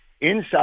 Inside